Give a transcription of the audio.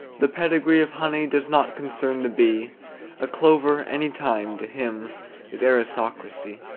the pedigree of honey does not concern the bee a clover, any time, to him is aristocracy.